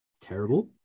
terrible